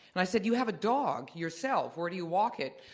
and i said, you have a dog yourself. where do you walk it?